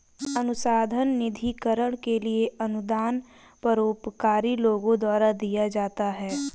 अनुसंधान निधिकरण के लिए अनुदान परोपकारी लोगों द्वारा दिया जाता है